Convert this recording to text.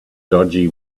dodgy